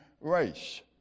race